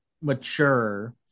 mature